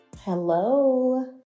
Hello